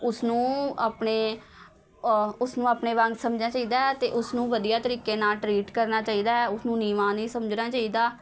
ਉਸਨੂੰ ਆਪਣੇ ਉਸ ਨੂੰ ਆਪਣੇ ਵਾਂਗ ਸਮਝਣਾ ਚਾਹੀਦਾ ਅਤੇ ਉਸਨੂੰ ਵਧੀਆ ਤਰੀਕੇ ਨਾਲ਼ ਟ੍ਰੀਟ ਕਰਨਾ ਚਾਹੀਦਾ ਹੈ ਉਸਨੂੰ ਨੀਵਾਂ ਨਹੀਂ ਸਮਝਣਾ ਚਾਹੀਦਾ